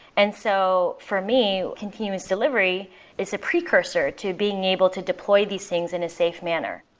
and so for me, continuous delivery is a precursor to being able to deploy these things in a safe manner.